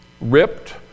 ripped